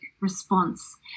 response